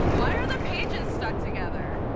why are the pages stuck together?